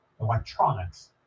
electronics